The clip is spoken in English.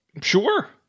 Sure